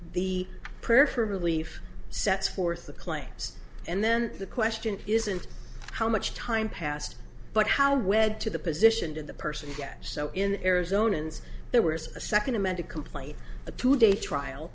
the prayer for relief sets forth the claims and then the question isn't how much time passed but how wed to the position to the person get so in arizona and there was a second amended complaint a two day trial